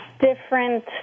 different